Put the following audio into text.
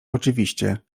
oczywiście